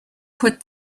put